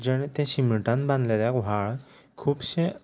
जेणे ते शिमिटान बांदलेले व्हाळ खुबशे